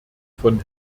von